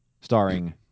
starring